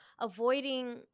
avoiding